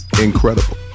incredible